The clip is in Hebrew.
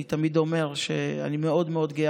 אני תמיד אומר שאני מאוד מאוד גאה,